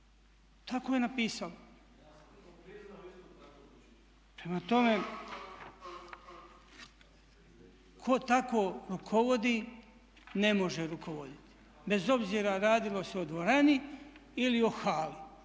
Tako je napisano. Prema tome, tko tako rukovodi ne može rukovoditi bez obzira radilo se o dvorani ili o hali,